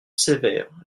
sévère